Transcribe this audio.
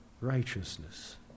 righteousness